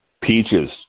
Peaches